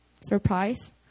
surprise